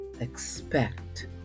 expect